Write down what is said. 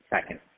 second